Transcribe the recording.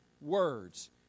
words